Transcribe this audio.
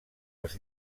els